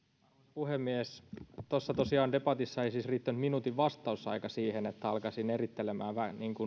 puhemies tosiaan tuossa debatissa ei riittänyt minuutin vastausaika siihen että alkaisin erittelemään